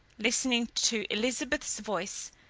listening to elizabeth's voice,